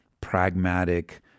pragmatic